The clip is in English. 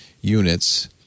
units